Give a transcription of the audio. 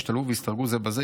ישתלבו וישתרגו זה בזה,